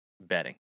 betting